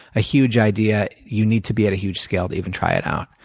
a huge idea, you need to be at a huge scale to even try it out.